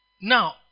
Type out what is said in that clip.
Now